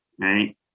right